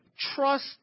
trust